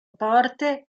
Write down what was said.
porte